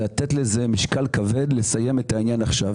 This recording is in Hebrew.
לתת לזה משקל כבד ולסיים את העניין עכשיו.